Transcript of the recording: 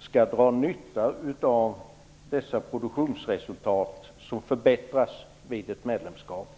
skall dra nytta av att produktionsresultaten förbättras vid ett medlemskap.